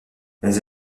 les